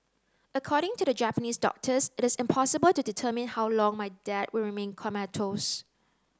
according to the Japanese doctors it is impossible to determine how long my dad will remain comatose